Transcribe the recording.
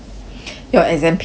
your exam period